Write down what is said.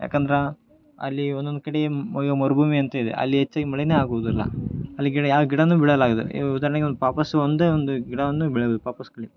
ಯಾಕಂದ್ರೆ ಅಲ್ಲಿ ಒಂದೊಂದು ಕಡೆ ಮರುಭೂಮಿ ಅಂತಿದೆ ಅಲ್ಲಿ ಹೆಚ್ಚಾಗಿ ಮಳೆನೇ ಆಗುವುದಿಲ್ಲ ಅಲ್ಲಿ ಗಿಡ ಯಾವ ಗಿಡನೂ ಬೆಳೆಯಲಾಗುದಿಲ್ಲ ಈಗ ಉದಾಹರಣೆಗೆ ಒಂದು ಪಾಪಸು ಒಂದೇ ಒಂದು ಗಿಡವನ್ನು ಬೆಳೆದು ಪಾಪಸ್ ಕಳ್ಳಿ